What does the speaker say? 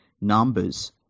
numbers